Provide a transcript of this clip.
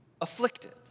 afflicted